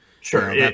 Sure